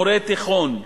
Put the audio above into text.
מורי תיכון,